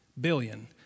billion